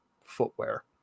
footwear